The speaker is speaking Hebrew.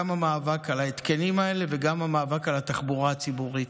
גם המאבק על ההתקנים האלה וגם המאבק על התחבורה הציבורית.